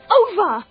over